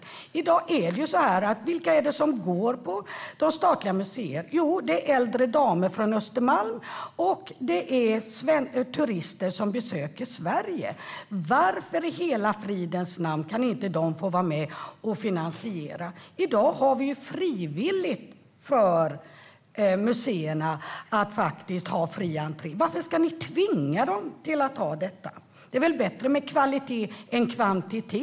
Vilka är det i dag som går på statliga museer? Jo, det är äldre damer från Östermalm och turister som besöker Sverige. Varför i hela fridens namn kan inte de få vara med och finansiera? I dag är det frivilligt för museerna att ha fri entré. Varför ska ni tvinga dem att ha detta? Det är väl bättre med kvalitet än kvantitet.